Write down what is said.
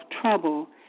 trouble